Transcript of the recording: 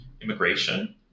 immigration